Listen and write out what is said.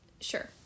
sure